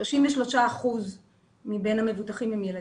33% מבין המבוטחים הם ילדים.